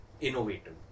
innovative